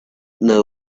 know